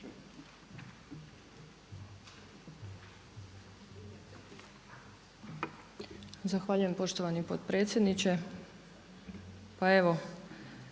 Zahvaljujem poštovani potpredsjedniče.